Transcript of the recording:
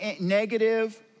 negative